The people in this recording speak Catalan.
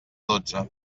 dotze